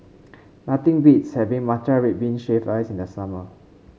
nothing beats having Matcha Red Bean Shaved Ice in the summer